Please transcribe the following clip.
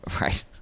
Right